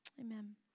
amen